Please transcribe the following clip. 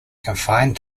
confined